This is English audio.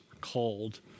called